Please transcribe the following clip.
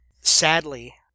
sadly